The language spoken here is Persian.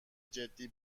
جدی